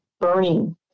burning